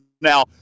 Now